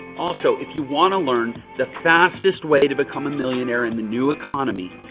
also, if you want to learn the fastest way to become a millionaire in the new economy,